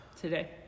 today